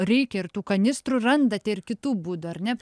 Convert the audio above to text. reikia ir tų kanistrų randate ir kitų būdų ar ne